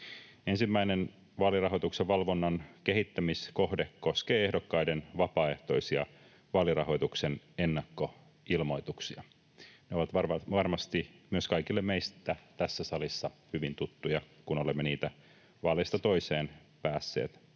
Ensimmäinen vaalirahoituksen valvonnan kehittämiskohde koskee ehdokkaiden vapaaehtoisia vaalirahoituksen ennakkoilmoituksia. Ne ovat varmasti myös kaikille meistä tässä salissa hyvin tuttuja, kun olemme niitä vaaleista toiseen päässeet